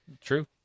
True